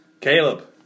Caleb